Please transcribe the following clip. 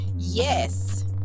Yes